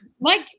Mike